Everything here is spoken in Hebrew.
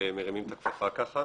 שמרימים את הכפפה ככה.